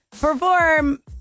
perform